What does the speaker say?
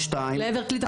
332. לעבר כלי תחבורה.